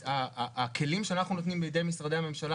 הכלים שאנחנו נותנים בידי משרדי הממשלה